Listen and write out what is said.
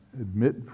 admit